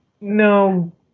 no